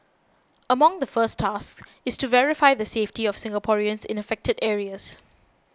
among the first tasks is to verify the safety of Singaporeans in affected areas